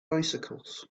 bicycles